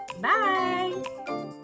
Bye